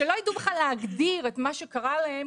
שבכלל לא יידעו להגדיר את מה שקרה להן